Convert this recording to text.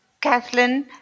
Kathleen